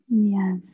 Yes